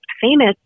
famous